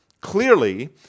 Clearly